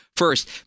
First